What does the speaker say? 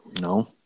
No